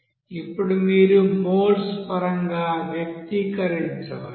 ఇప్పుడు మీరు మోల్స్ పరంగా వ్యక్తీకరించవచ్చు